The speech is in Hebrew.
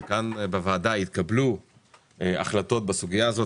כאן בוועדה התקבלו החלטות בסוגייה הזאת.